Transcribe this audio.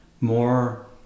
more